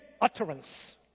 utterance